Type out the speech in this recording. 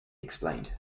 explained